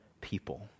people